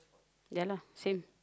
ya lah same